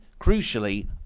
Crucially